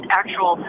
actual